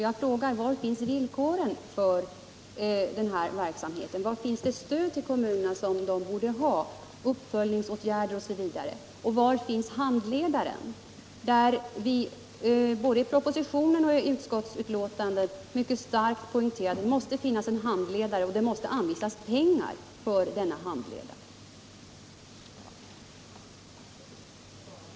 Jag frågar: Var finns villkoren för den här verksamheten? Var finns det stöd till kommunerna som de borde ha, uppföljningsåtgärder osv.? Och var finns handledaren? Vi poängterade mycket starkt både i propositionen och i utskottsbetänkandet att det måste finnas en handledare och att det måste anvisas pengar för denna handledare.